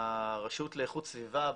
הרשות לאיכות סביבה,